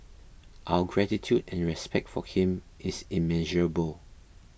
our gratitude and respect for him is immeasurable